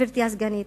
גברתי הסגנית,